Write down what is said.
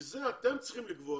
מזה אתם צריכים לקבוע